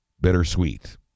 bittersweet